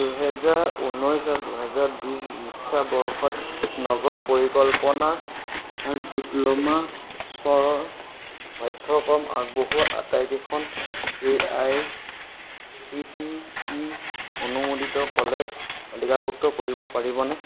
দুহাজাৰ ঊনৈছ দুহাজাৰ বিশ শিক্ষাবৰ্ষত নগৰ পৰিকল্পনাৰ ডিপ্ল'মা স্তৰৰ পাঠ্যক্ৰম আগবঢ়োৱা আটাইকেইখন A I C T E অনুমোদিত কলেজ তালিকাভুক্ত কৰিব পাৰিবনে